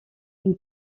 une